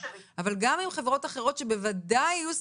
אבל גם עם חברות אחרות שבוודאי היו שמחות,